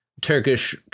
Turkish